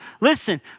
Listen